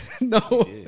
No